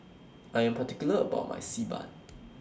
I Am particular about My Xi Ban